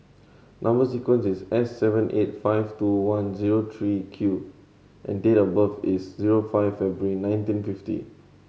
number sequence is S seven eight five two one zero three Q and date of birth is zero five February nineteen fifty